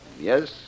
yes